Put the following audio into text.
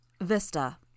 Vista